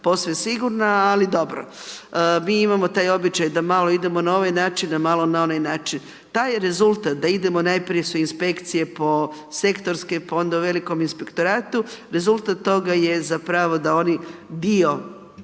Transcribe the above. posve sigurna ali dobro. Mi imamo taj običaj da malo idemo na ovaj način, a malo na onaj način. Taj rezultat da idemo najprije su inspekcije sektorske, pa onda u velikom inspektoratu. Rezultat toga je zapravo da oni dio